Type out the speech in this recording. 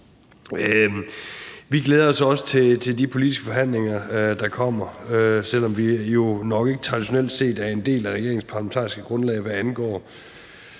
Vi glæder os også til de politiske forhandlinger, der kommer, selv om vi jo nok ikke traditionelt set er en del af regeringens parlamentariske grundlag, hvad angår